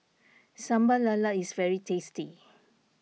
Sambal Lala is very tasty